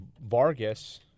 Vargas